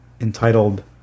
entitled